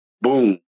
boom